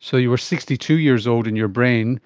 so you were sixty two years old in your brain